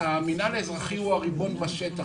המנהל האזרחי הוא הריבון בשטח.